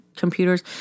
computers